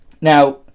Now